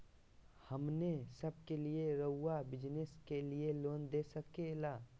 हमने सब के लिए रहुआ बिजनेस के लिए लोन दे सके ला?